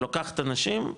לוקחת אנשים,